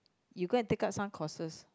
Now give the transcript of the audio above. you go and take up some courses